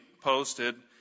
posted